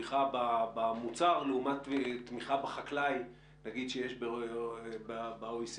תמיכה במוצר לעומת תמיכה בחקלאי שיש ב-OECD.